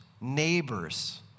neighbors